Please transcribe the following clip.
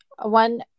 One